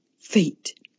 fate